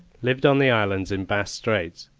lived on the islands in bass' straits,